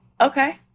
okay